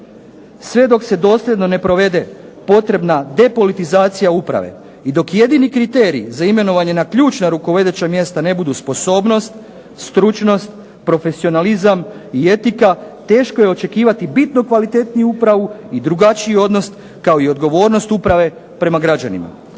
Sve dok se dosljedno ne provede potrebna depolitizacija uprave i dok jedini kriterij za imenovanje na ključna rukovodeća mjesta ne budu sposobnost, stručnost, profesionalizam i etika teško je očekivati bitno kvalitetniju upravu i drugačiji odnos kao i odgovornost uprave prema građanima."